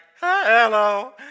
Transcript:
hello